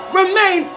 remain